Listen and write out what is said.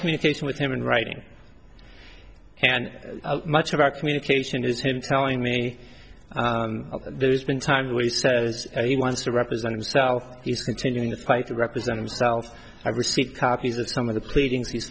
communication with him in writing and much of our communication is him telling me there's been times when he says he wants to represent himself he's continuing the fight to represent himself i received copies of some of the